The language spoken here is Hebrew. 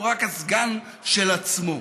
הוא רק הסגן של עצמו.